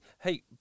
Hey